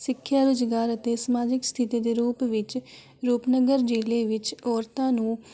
ਸਿੱਖਿਆ ਰੁਜ਼ਗਾਰ ਅਤੇ ਸਮਾਜਿਕ ਸਥਿਤੀ ਦੇ ਰੂਪ ਵਿੱਚ ਰੂਪਨਗਰ ਜ਼ਿਲ੍ਹੇ ਵਿੱਚ ਔਰਤਾਂ ਨੂੰ